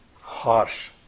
harsh